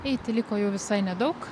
eiti liko jau visai nedaug